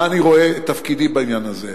מה אני רואה כתפקידי בעניין הזה: